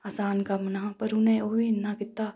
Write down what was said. असान कम्म नीं हा पर उनै ओह् बी इन्ना कीता